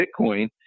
Bitcoin